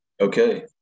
Okay